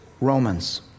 Romans